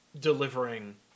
delivering